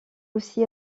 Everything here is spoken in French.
aussi